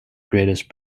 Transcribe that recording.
greatest